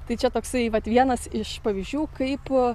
tai čia toksai vat vienas iš pavyzdžių kaip